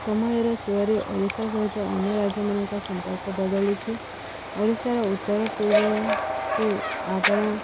ସମୟର ସୁଅରେ ଓଡ଼ିଶା ସହିତ ଅନ୍ୟ ରାଜ୍ୟମାନଙ୍କ ସମ୍ପର୍କ ବଦଳିଛି ଓଡ଼ିଶାର ଉତ୍ତର ପୂର୍ବକୁ ଆପଣ